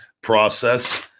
process